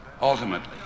ultimately